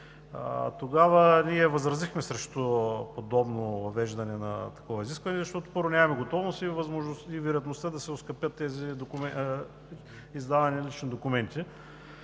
Тогава ние възразихме срещу подобно въвеждане на такова изискване, защото нямаме готовност и има вероятност да се оскъпи издаването на личните документи.